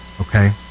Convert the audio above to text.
Okay